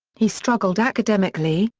he struggled academically,